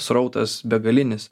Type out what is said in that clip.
srautas begalinis